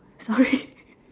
sorry